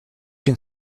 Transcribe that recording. can